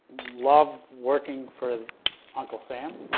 love working for uncle sam.